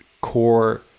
core